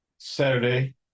Saturday